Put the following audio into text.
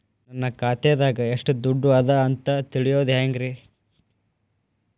ನನ್ನ ಖಾತೆದಾಗ ಎಷ್ಟ ದುಡ್ಡು ಅದ ಅಂತ ತಿಳಿಯೋದು ಹ್ಯಾಂಗ್ರಿ?